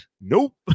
nope